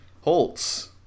Holtz